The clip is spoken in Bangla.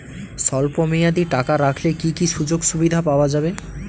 স্বল্পমেয়াদী টাকা রাখলে কি কি সুযোগ সুবিধা পাওয়া যাবে?